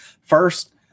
First